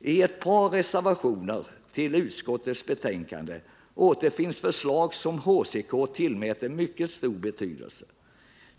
”I ett par reservationer till utskottets betänkande återfinns förslag som HCK tillmäter mycket stor betydelse.